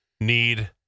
Need